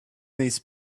these